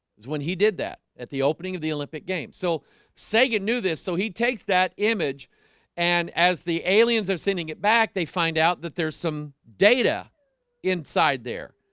is when he did that at the opening of the olympic game so sagan knew this so he takes that image and as the aliens of sending it back they find out that there's some data inside there,